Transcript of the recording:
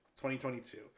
2022